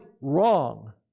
wrong